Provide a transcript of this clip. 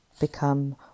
become